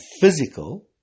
physical